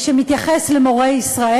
שמתייחס למורי ישראל.